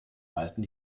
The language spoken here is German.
meisten